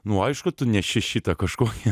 nu aišku tu neši šitą kažkokį